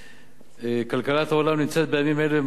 כלכלת העולם נמצאת בימים אלה במצב של משבר